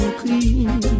clean